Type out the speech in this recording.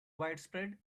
widespread